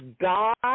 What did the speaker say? God